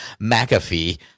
McAfee